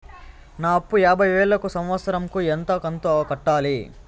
నా అప్పు యాభై వేలు కు సంవత్సరం కు ఎంత కంతు కట్టాలి?